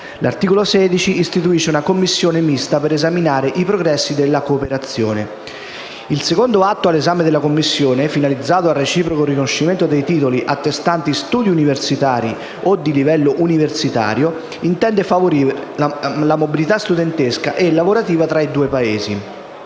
L'articolo 16 istituisce una commissione mista per esaminare i progressi della cooperazione. Il secondo atto all'esame della Commissione, finalizzato al reciproco riconoscimento dei titoli attestanti studi universitari o di livello universitario, intende favorire la mobilità studentesca e lavorativa tra i due Paesi.